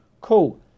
cool